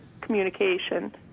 communication